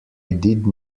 did